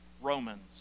Romans